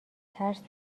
ترس